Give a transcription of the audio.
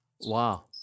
Wow